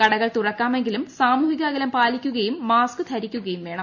കടകൾ തുറക്കാമെങ്കിലും സാമൂഹിക അകലം പാലിക്കുകയും മാസ്ക് ധരിക്കുകയും വേണം